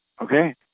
Okay